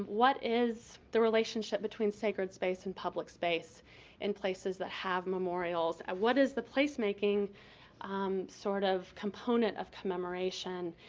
what is the relationship between sacred space and public space in places that have memorials? what is the place making sort of component of commemoration?